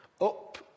up